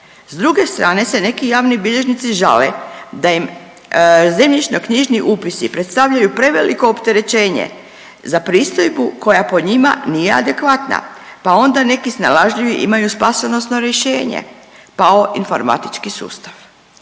S druge strane se neki javni bilježnici žale da im zemljišno-knjižni upisi predstavljaju preveliko opterećenje za pristojbu koja po njima nije adekvatna pa onda neki snalažljivi imaju spasonosno rješenje, pao informatički sustav.